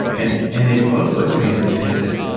and and they both looked at me and and they said,